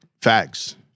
Facts